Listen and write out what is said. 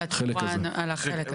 על התמורה, על החלק הזה.